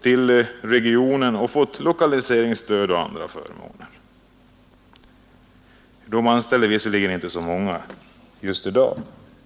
till regionen och fått lokaliseringsstöd och andra förmåner av kommunen. Företaget anställer dock inte så många just i dag.